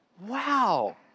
Wow